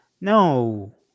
No